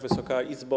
Wysoka Izbo!